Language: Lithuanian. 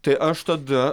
tai aš tada